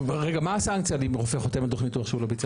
ומה הסנקציה אם רופא חותם על דוח ניתוח שהוא לא ביצע?